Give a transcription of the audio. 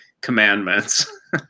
commandments